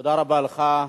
תודה רבה לך.